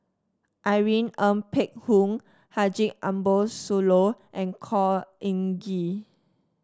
Irene Ng Phek Hoong Haji Ambo Sooloh and Khor Ean Ghee